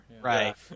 Right